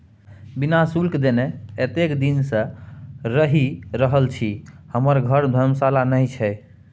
बिना शुल्क देने एतेक दिन सँ रहि रहल छी हमर घर धर्मशाला नहि छै